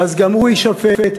גם הוא יישפט,